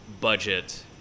budget